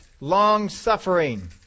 long-suffering